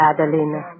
Adelina